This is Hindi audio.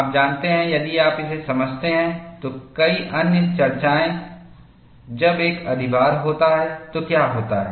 आप जानते हैं यदि आप इसे समझते हैं तो कई अन्य चर्चाएं जब एक अधिभार होता है तो क्या होता है